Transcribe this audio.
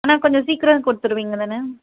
ஆனால் கொஞ்சம் சீக்கிரோம் கொடுத்துருவீங்க தானே